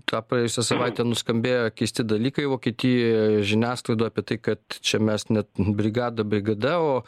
tą praėjusią savaitę nuskambėjo keisti dalykai vokietijo žiniasklaidoje apie tai kad čia mes net brigada brigada o